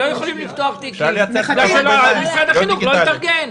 הם לא יכולים לפתוח תיקים רק בגלל שמשרד החינוך לא התארגן.